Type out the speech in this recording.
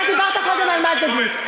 אתה דיברת קודם על מנדלבליט,